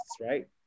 right